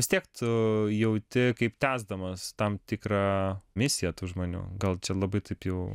vis tiek tu jauti kaip tęsdamas tam tikrą misiją tų žmonių gal labai taip jau